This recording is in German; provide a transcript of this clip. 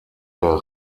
der